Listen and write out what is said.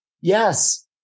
Yes